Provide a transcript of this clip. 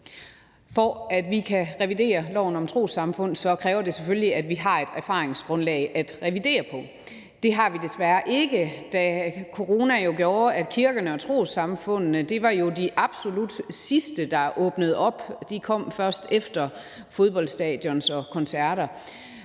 For at vi kan revidere loven om trossamfund, kræver det selvfølgelig, at vi har et erfaringsgrundlag at revidere på. Det har vi desværre ikke, da corona jo gjorde, at kirkerne og trossamfundene var de absolut sidste, der åbnede op; de kom først efter fodboldstadions og koncerter.